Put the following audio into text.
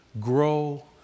grow